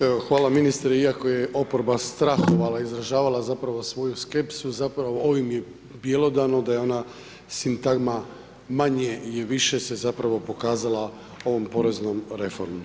Evo, hvala ministre iako je oporba strahovala, izražava zapravo svoju skepsu zapravo ovim je bjelodano da je ona sintagma manje je više se zapravo pokazala ovom poreznom reformom.